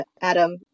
Adam